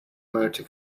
motor